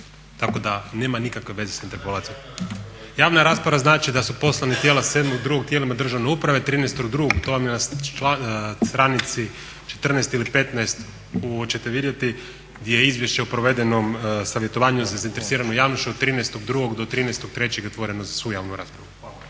tako da nema nikakve veze sa interpelacijom. Javna rasprava znači da su poslani … tijelima državne uprave 13.2.to vam je na stranici 14 ili 15 u kojoj ćete vidjeti gdje je izvješće o provedenom savjetovanju sa zainteresiranom javnošću od 13.2.do 13.3.otvoreno za svu javnu raspravu.